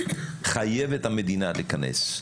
חייבת המדינה לכנס.